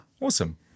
Awesome